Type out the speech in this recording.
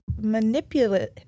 manipulate